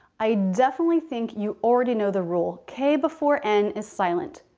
i definitely think you already know the rule. k before n is silent.